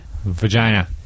Vagina